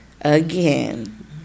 again